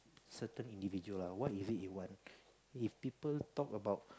certain individual ah what is it you want if people talk about